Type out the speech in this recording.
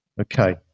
Okay